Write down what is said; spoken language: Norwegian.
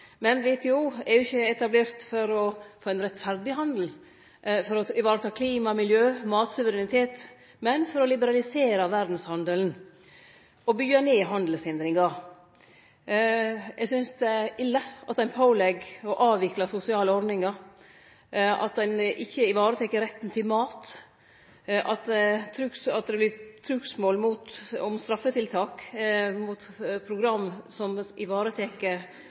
Men WTO er ikkje etablert for å få ein rettferdig handel, for å vareta klima, miljø og matsuverenitet, men for å liberalisere verdshandelen og byggje ned handelshindringar. Eg synest det er ille at ein pålegg å avvikle sosiale ordningar, at ein ikkje varetek retten til mat, og at det vert trugsmål om straffetiltak mot program der ein varetek og gjev dei som